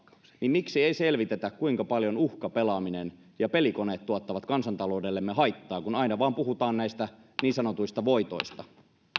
niin miksi ei selvitetä kuinka paljon uhkapelaaminen ja pelikoneet tuottavat kansantaloudellemme haittaa kun aina vain puhutaan näistä niin sanotuista voitoista